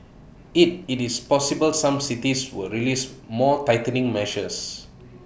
IT it is possible some cities will release more tightening measures